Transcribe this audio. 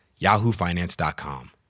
yahoofinance.com